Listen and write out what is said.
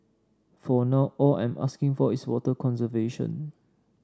for now all I'm asking for is water conservation